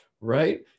right